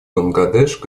бангладеш